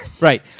right